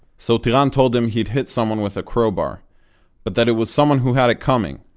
so tiran told him he's hit someone with a crowbar but that it was someone who had it coming,